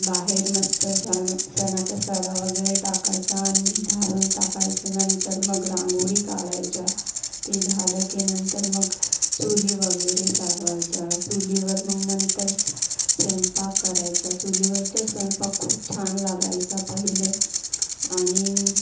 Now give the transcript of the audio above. बाहेर मस्त शेण शेणाचा सडा वगैरे टाकायचा आणि झाडून टाकायचं नंतर मग रांगोळी काढायच्या ते झालं की नंतर मग चुली वगैरे सारवायच्या चुलीवर मग नंतर स् स्वयंपाक करायचा चुलीवरचे स्वयंपाक खूप छान लागायचा पहिले आणि